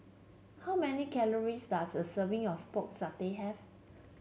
how many calories does a serving of Pork Satay have